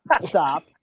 stop